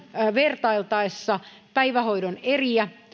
vertailtaessa päivähoidon eriä